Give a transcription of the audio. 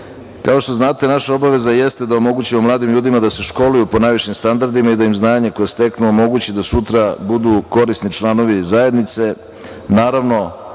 kao što znate, naša obaveza jeste da omogućimo mladim ljudima da se školuju po najvišim standardima i da im znanje koje steknu omogući da sutra budu korisni članovi zajednice,